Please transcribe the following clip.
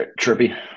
Trippy